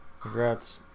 congrats